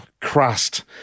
crust